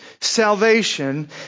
salvation